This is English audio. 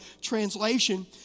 Translation